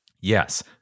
Yes